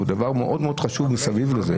הוא דבר מאוד חשוב מסביב לזה,